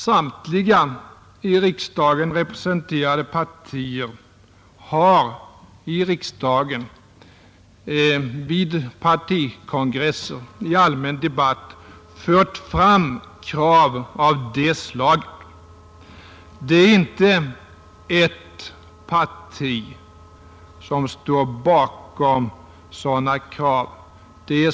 Samtliga i riksdagen representerade partier har här i riksdagen, vid partikongresser och i allmänna debatter fört fram krav av det slaget. Det är inte ett parti som står bakom de kraven.